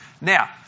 Now